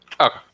Okay